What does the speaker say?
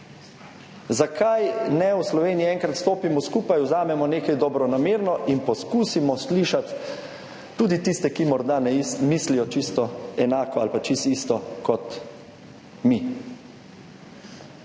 Zakaj v Sloveniji enkrat ne stopimo skupaj, vzamemo nekaj dobronamerno in poskusimo slišati tudi tiste, ki morda ne mislijo čisto enako ali pa čisto isto kot mi?